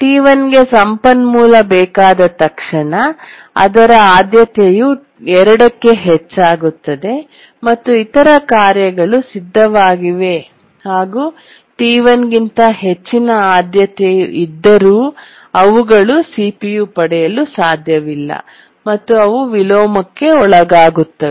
T1 ಗೆ ಸಂಪನ್ಮೂಲ ಬೇಕಾದ ತಕ್ಷಣ ಅದರ ಆದ್ಯತೆಯು 2 ಕ್ಕೆ ಹೆಚ್ಚಾಗುತ್ತದೆ ಮತ್ತು ಇತರ ಕಾರ್ಯಗಳು ಸಿದ್ಧವಾಗಿವೆ ಹಾಗೂ T1 ಗಿಂತ ಹೆಚ್ಚಿನ ಆದ್ಯತೆಯು ಇದ್ದರು ಅವುಗಳು ಸಿಪಿಯು ಪಡೆಯಲು ಸಾಧ್ಯವಿಲ್ಲ ಮತ್ತು ಅವು ವಿಲೋಮಕ್ಕೆ ಒಳಗಾಗುತ್ತವೆ